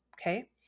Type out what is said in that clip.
Okay